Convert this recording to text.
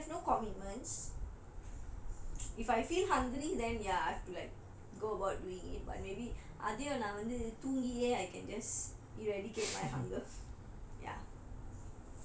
I have no commitments if I feel hungry then yeah I've to like go about doing it but maybe அதையும் நான் வந்து தூங்கியே:athaiyum naan vanthu thoongiyae I can just eradicate my hunger